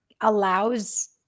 allows